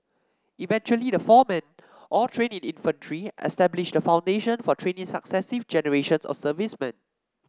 eventually the four men all trained in infantry established the foundation for training successive generations of servicemen